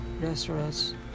restaurants